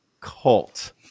cult